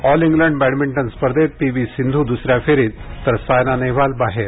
all England badminton स्पर्धेत PV Sindhu दूसऱ्या फेरीत तर सायना नेहवाल बाहेर